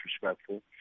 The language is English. disrespectful